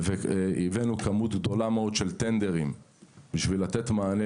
הבאנו כמות גדולה מאוד של טנדרים בשביל לתת מענה